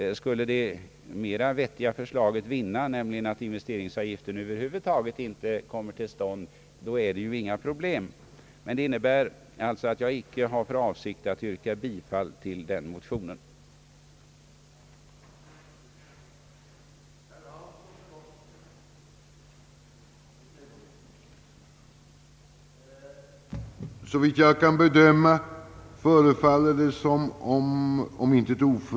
Skulle det mera vettiga förslaget vinna bifall, nämligen att investeringsavgiften över huvud taget inte genomföres, blir det inte något problem, men det innebär alltså att jag inte har för avsikt att yrka bifall till den motion det här gäller.